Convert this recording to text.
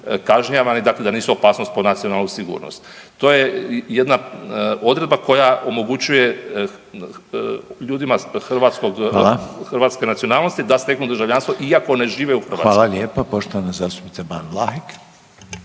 kažnjavani, dakle da nisu opasnost po nacionalnu sigurnost. To je jedna odredba koja omogućuje ljudima hrvatske nacionalnosti…/Upadica: Hvala/…da steknu državljanstvo iako ne žive u Hrvatskoj. **Reiner, Željko (HDZ)** Hvala lijepa. Poštovana zastupnica Ban Vlahek.